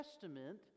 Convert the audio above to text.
Testament